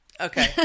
okay